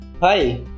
Hi